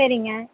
சரிங்க